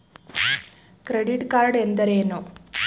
Credit card ಎಂದರೇನು?